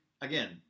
again